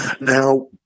Now